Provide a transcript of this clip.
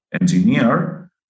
engineer